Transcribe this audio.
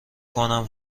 کنم